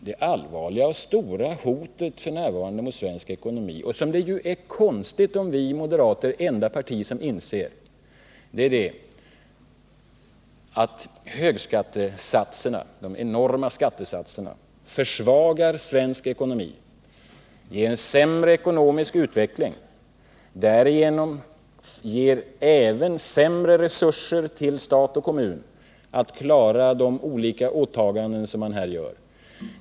Det allvarliga och stora hotet f. n. mot svensk ekonomi — det är konstigt om vi moderater är det enda parti som inser det — är att de enorma skattesatserna försvagar svensk ekonomi, ger en sämre ekonomisk utveckling och därigenom även sämre resurser till stat och kommun att klara sina olika åtaganden.